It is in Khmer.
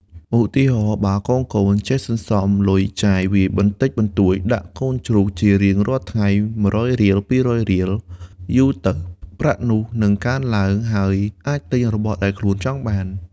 ឧទាហរណ៍ បើកូនៗចេះសន្សំលុយចាយវាយបន្តិចបន្តួចដាក់កូនជ្រូកជារៀងរាល់ថ្ងៃ ១០០រៀល ២០០រៀល យូរទៅប្រាក់នោះនឹងកើនឡើង ហើយអាចទិញរបស់ដែលខ្លួនចង់បាន។